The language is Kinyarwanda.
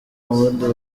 wundi